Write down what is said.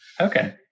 okay